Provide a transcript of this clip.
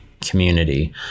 community